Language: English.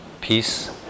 Peace